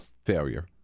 Failure